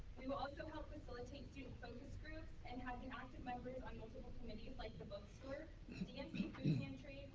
we will also help facilitate student focus groups and helping active members on multiple committees like the bookstore, dmc food pantry,